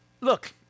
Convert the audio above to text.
Look